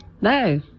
No